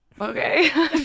Okay